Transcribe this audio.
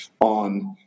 on